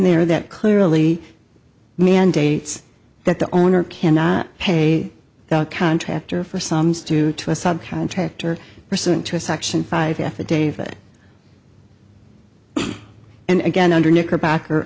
there that clearly mandates that the owner cannot pay the contractor for sums to to a subcontractor pursuant to section five affidavit and again under knickerbocker